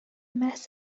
محض